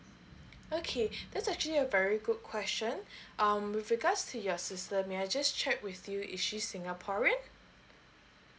okay that's actually a very good question um with regards to your sister may I just check with you if she's singaporean